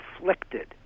afflicted